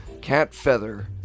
Catfeather